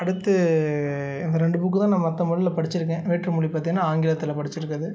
அடுத்து அந்த ரெண்டு புக்கு தான் நான் மற்ற மொழில படிச்சுருக்கேன் வேற்று மொழி பார்த்திங்கன்னா ஆங்கிலத்தில் படிச்சுருக்கறது